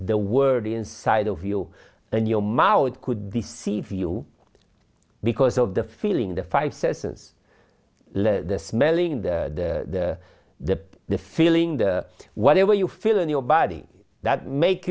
the world inside of you and your mouth could deceive you because of the feeling the five senses the smelling the the the feeling the whatever you feel in your body that make